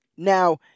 Now